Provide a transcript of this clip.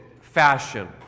fashion